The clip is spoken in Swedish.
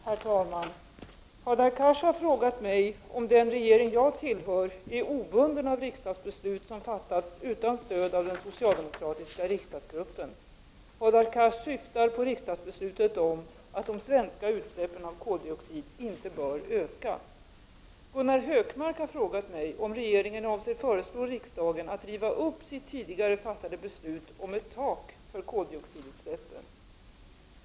Herr talman! Hadar Cars har frågat mig om den regering jag tillhör är obunden av riksdagsbeslut som fattats utan stöd av den socialdemokratiska riksdagsgruppen. Hadar Cars syftar på riksdagsbeslutet om att de svenska utsläppen av koldioxid inte bör öka. Gunnar Hökmark har frågat mig om regeringen avser föreslå riksdagen att riva upp sitt tidigare fattade beslut om ett tak för koldioxidutsläppen.